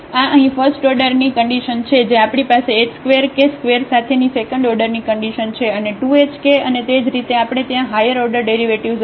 તેથી આ અહીં ફસ્ટઓર્ડરની કન્ડિશન છે જે આપણી પાસે h ² કે ² સાથેની સેકન્ડ ઓર્ડરની કન્ડિશન છે અને 2 hk છે અને તે જ રીતે આપણે ત્યાં હાયર ઓર્ડર ડેરિવેટિવ્ઝ હશે